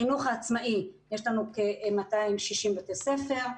בחינוך העצמאי יש לנו כ-260 בתי ספר,